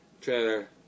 trailer